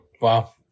Wow